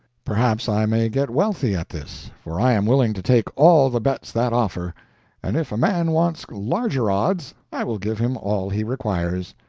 perhaps i may get wealthy at this, for i am willing to take all the bets that offer and if a man wants larger odds, i will give him all he requires.